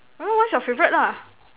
what is your favorite lah